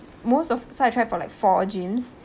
most of so I tried for like four gyms